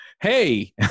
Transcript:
Hey